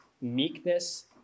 meekness